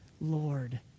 Lord